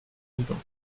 vivant